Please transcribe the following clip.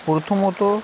প্রথমত